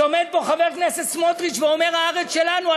שעומד פה חבר הכנסת סמוטריץ ואומר שהארץ שלנו,